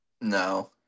No